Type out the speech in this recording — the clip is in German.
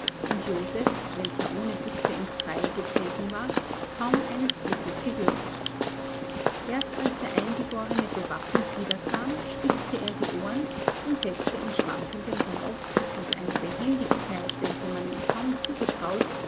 und joseph welcher ohne büchse ins freie getreten war kaum eines blickes gewürdigt erst als der eingeborene bewaffnet wiederkam spitzte er die ohren und setzte im schwankenden galopp mit einer behendigkeit welche man ihm kaum zugetraut